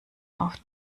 auf